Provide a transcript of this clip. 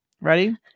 ready